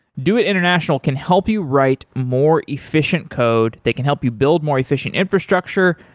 doit international can help you write more efficient code, they can help you build more efficient infrastructure.